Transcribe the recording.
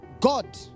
God